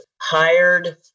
hired